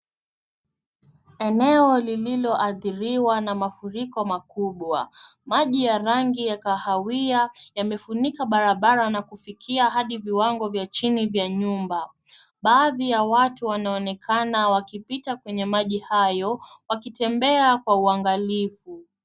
Eneo lililoathiriwa na marufiko makubwa, maji ya rangi ya kahawia, yamefunika barabara na kufikia hadi viwango vya chini vya nyumba, baadhi ya watu wanaonekana wakipita kwenye maji hayo, wakitembea kwa uangalifu.